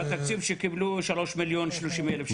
מהתקציב שקיבלו שלוש מיליון ושלושים אלף שקל.